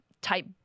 type